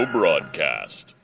Broadcast